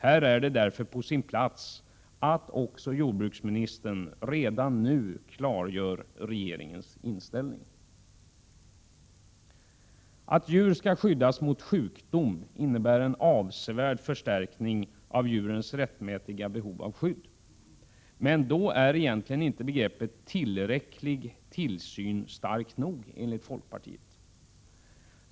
Här är det därför på sin plats att också jordbruksministern redan nu klargör regeringens inställning. Att djur skall skyddas mot sjukdom innebär en avsevärd förstärkning av djurens rättmätiga behov av skydd. Men begreppet tillräcklig tillsyn är inte starkt nog, enligt folkpartiet.